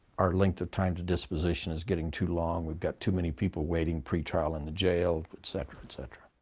our length of time to disposition is getting too long, we've got too many people waiting pretrial in the jail, et cetera, et cetera.